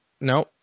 no